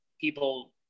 people